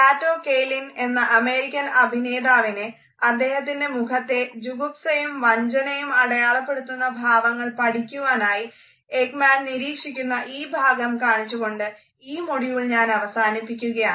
കാറ്റോ കെയ്ലിൻ എന്ന അമേരിക്കൻ അഭിനേതാവിനെ അധഃദേഹത്തിൻറെ മുഖത്തെ ജുഗുപ്സയും വഞ്ചനയും അടയാളപ്പെടുത്തുന്ന ഭാവങ്ങൾ പഠിക്കുവാനായി എക്മാൻ നിരീക്ഷിക്കുന്ന ഈ ഭാഗം കാണിച്ചു കൊണ്ട് ഈ മൊഡ്യൂൾ ഞാൻ അവസാനിപ്പിക്കുകയാണ്